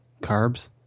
carbs